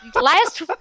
last